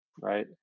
right